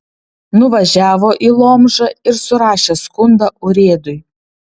nuvažiavo į lomžą ir surašė skundą urėdui